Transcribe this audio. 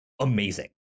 amazing